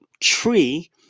tree